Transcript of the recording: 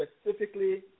specifically